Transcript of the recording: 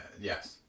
yes